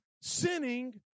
sinning